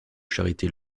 charité